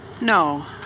No